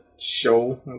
Show